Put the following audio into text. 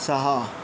सहा